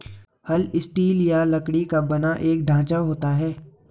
हल स्टील या लकड़ी का बना एक ढांचा होता है